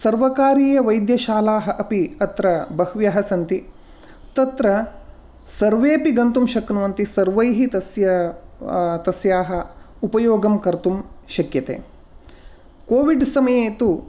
सर्वकारीयवैद्यशालाः अपि अत्र बह्व्यः सन्ति तत्र सर्वेपि गन्तुं शक्नुवन्ति सर्वैः तस्य तस्याः उपयोगं कर्तुं शक्यते कोविड् समये तु